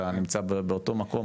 אתה נמצא באותו מקום,